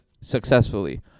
successfully